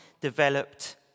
developed